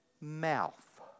mouth